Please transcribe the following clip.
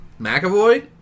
McAvoy